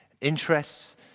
interests